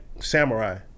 Samurai